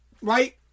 right